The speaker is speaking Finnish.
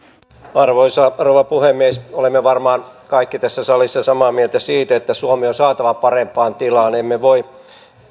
arvoisa rouva puhemies olemme varmaan kaikki tässä salissa samaa mieltä siitä että suomi on saatava parempaan tilaan emme voi